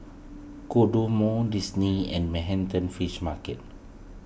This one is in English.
Kodomo Disney and Manhattan Fish Market